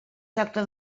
tracta